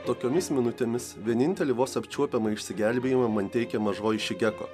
tokiomis minutėmis vienintelį vos apčiuopiamą išsigelbėjimą man teikė mažoji šigeko